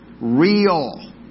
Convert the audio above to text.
real